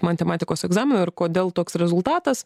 matematikos egzamino ir kodėl toks rezultatas